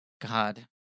God